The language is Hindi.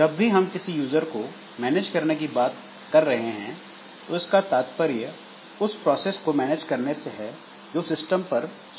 जब भी हम किसी यूजर प्रोग्राम को मैनेज करने की बात कर रहे हैं तो इसका तात्पर्य उस प्रोसेस को मैनेज करने से है जो सिस्टम पर चल रही है